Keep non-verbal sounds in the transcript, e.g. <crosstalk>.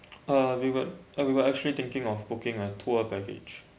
<noise> uh we would uh we would actually thinking of booking a tour package